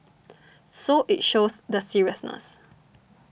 so it shows the seriousness